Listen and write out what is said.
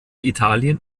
italien